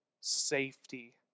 safety